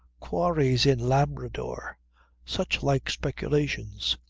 quarries in labrador such like speculations.